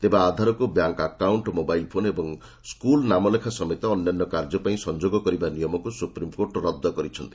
ତେବେ ଆଧାରକୁ bank account mobile phone ଓ ସ୍କୁଲ୍ ନାମଲେଖା ସମେତ ଅନ୍ୟାନ୍ୟ କାର୍ଯ୍ୟପାଇଁ ସଂଯୋଗ କରିବା ନିୟମକୁ ସୁପ୍ରିମ୍କୋର୍ଟ ରଦ୍ଦ କରିଛନ୍ତି